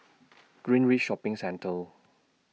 Greenridge Shopping Centre